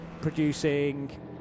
producing